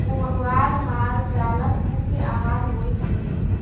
पुआर माल जालक मुख्य आहार होइत अछि